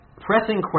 pressing